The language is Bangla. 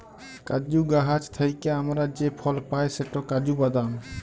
কাজু গাহাচ থ্যাইকে আমরা যে ফল পায় সেট কাজু বাদাম